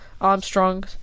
Armstrong